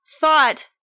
thought